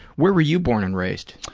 were were you born and raised?